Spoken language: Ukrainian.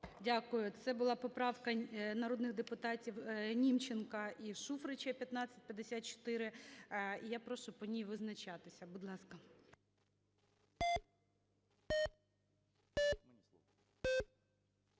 Дякую. Це була поправка народних депутатівНімченка і Шуфрича, 1554. Я прошу по ній визначатися. Будь ласка.